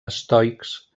estoics